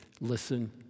Listen